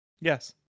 Yes